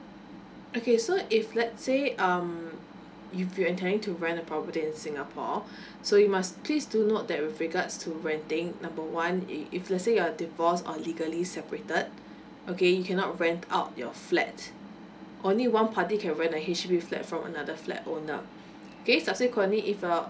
okay so if let's say um if you intending to rent a property in singapore so you must please to note that with regards to renting number one if if let's say you are divorce or legally separated okay you cannot rent out your flat only one party can rent a H_D_B flat from another flat owner okay subsequently if uh